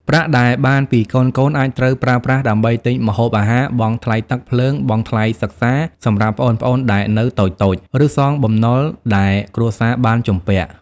ប្រាក់ដែលបានពីកូនៗអាចត្រូវប្រើប្រាស់ដើម្បីទិញម្ហូបអាហារ បង់ថ្លៃទឹក ភ្លើង បង់ថ្លៃសិក្សាសម្រាប់ប្អូនៗដែលនៅតូចៗ ឬសងបំណុលដែលគ្រួសារបានជំពាក់។